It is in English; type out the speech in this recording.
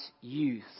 youth